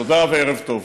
תודה וערב טוב.